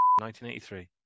1983